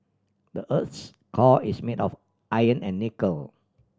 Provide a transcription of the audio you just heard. the earth's core is made of iron and nickel